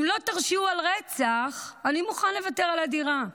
אם לא תרשיעו על רצח, אני מוכן לוותר על הדירה.